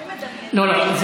לא, לא.